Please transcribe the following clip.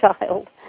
child